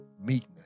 meekness